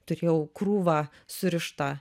turėjau krūvą surištą